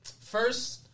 first